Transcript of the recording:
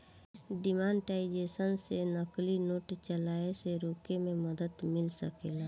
demonetisation से नकली note चलाए से रोके में मदद मिल सकेला